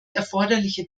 erforderliche